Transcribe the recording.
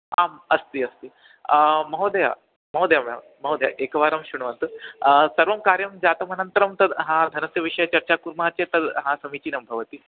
आम् अस्ति अस्ति महोदया महोदया मे महोदया एकवारं शृण्वन्तु सर्वं कार्यं जातमनन्तरं तद् हा धनस्य विषये चर्चां कुर्मः चेत् तद् हा समीचीनं भवति